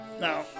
Now